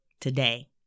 today